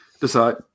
decide